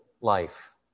life